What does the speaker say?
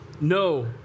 No